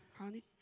honey